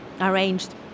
arranged